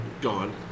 gone